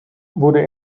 wurde